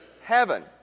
heaven